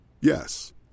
Yes